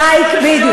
בדיוק.